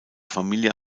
familie